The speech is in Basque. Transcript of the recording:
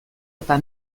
eta